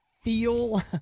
Feel